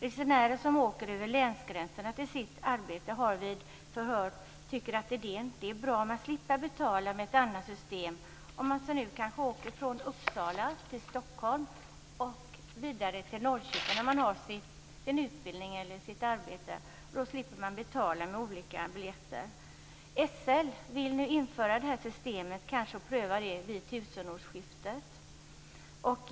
Resenärer som åker över länsgränserna till sitt arbete tycker vid förhör att det är bra att slippa betala med ett annat system om man kanske åker från Uppsala till Stockholm och vidare till Norrköping, där man har sin utbildning eller sitt arbete. Då slipper man betala med olika biljetter. SL vill nu införa det här systemet och pröva det vid tusenårsskiftet.